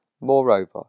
Moreover